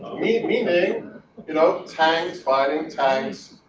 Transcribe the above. meaning meaning you know, tanks fighting tanks,